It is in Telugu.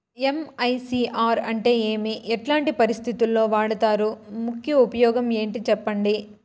ఎమ్.ఐ.సి.ఆర్ అంటే ఏమి? ఎట్లాంటి పరిస్థితుల్లో వాడుతారు? ముఖ్య ఉపయోగం ఏంటి సెప్పండి?